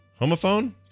Homophone